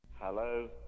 Hello